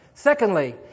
Secondly